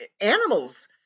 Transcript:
animals